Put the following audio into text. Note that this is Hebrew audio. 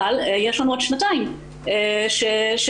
אבל,